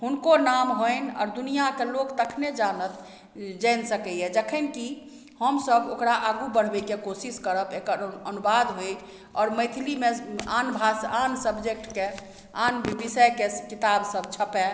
हुनको नाम होइन आओर दुनिआके लोक तखने जानत जानि सकइए जखन कि हम सब ओकरा आगू बढ़बयके कोशिश करब एकर अनुवाद होइ आओर मैथिलीमे आन भाषा आन सब्जैक्टके आन विषयके किताब सब छपय